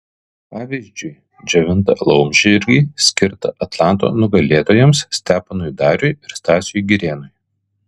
pavyzdžiui džiovintą laumžirgį skirtą atlanto nugalėtojams steponui dariui ir stasiui girėnui